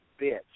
bitch